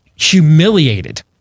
humiliated